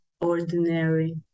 ordinary